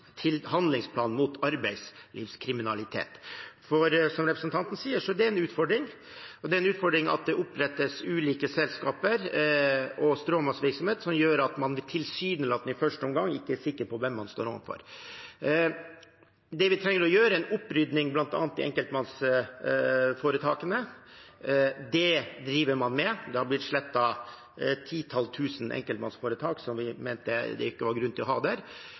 en utfordring, og det er en utfordring at det opprettes ulike selskaper og stråmannsvirksomhet som gjør at man tilsynelatende i første omgang ikke er sikker på hvem man står overfor. Det vi trenger å gjøre, er en opprydning bl.a. i enkeltpersonforetakene. Det driver man med – det er blitt slettet et titall tusen enkeltpersonforetak som vi mente det ikke var grunn til å ha der.